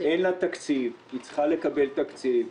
אין לה תקציב, היא צריכה לקבל תקציב.